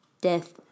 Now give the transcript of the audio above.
death